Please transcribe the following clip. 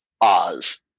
Oz